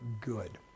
good